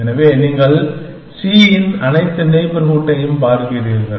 எனவே நீங்கள் c இன் அனைத்து நெய்பர்ஹூட்டையும் பார்க்கிறீர்கள்